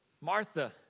Martha